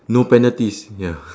no penalties ya